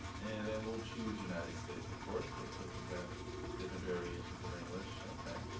and then we'll choose united states, of course, but looks like they got different variations of english. okay,